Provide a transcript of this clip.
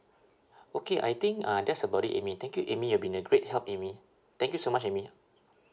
okay I think uh that's about it amy thank you amy you've been a great help amy thank you so much amy